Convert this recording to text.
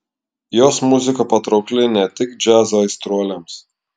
jos muzika patraukli ne tik džiazo aistruoliams